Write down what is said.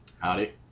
Howdy